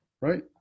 right